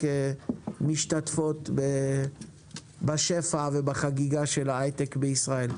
משתתפות בשפע ובחגיגה של ההייטק בישראל.